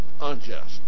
unjust